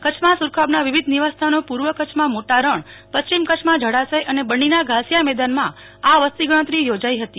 કચ્છમાં સુરખાબના વિવિધ નિવાસસ્થાનો પૂર્વ કચ્છમાં મોટા રણપશ્ચિમ કચ્છમાં જળાશય અને બન્નીના ધાસિયા મેદાનમાં આ વસ્તીગણતરી યોજાઈ હતી